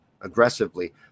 aggressively